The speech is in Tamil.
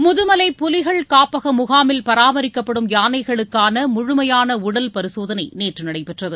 முதுமலை புலிகள் காப்பக முகாமில் பராமரிக்கப்படும் யானைகளுக்கான முழுமையான உடல் பரிசோதனை நேற்று நடைபெற்றது